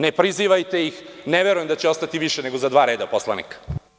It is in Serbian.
Ne prizivajte ih, ne verujem da će ostati više nego za dva reda poslanika.